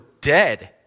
dead